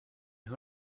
who